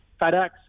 FedEx